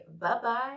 bye-bye